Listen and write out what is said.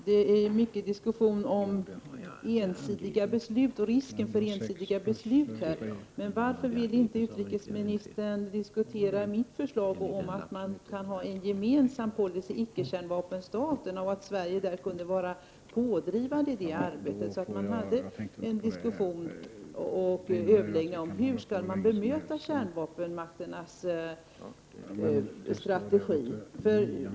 Herr talman! Det är mycket diskussion om ensidiga beslut och risken för sådana. Men varför vill utrikesministern inte diskutera mitt förslag om att icke-kärnvapenstaterna kan ha en gemensam policy och att Sverige kunde vara pådrivande i det arbetet? Diskussioner kunde då föras om hur man skall bemöta kärnvapenmakternas strategi.